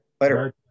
Later